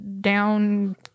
down